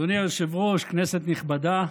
אדוני היושב-ראש, כנסת נכבדה,